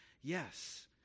yes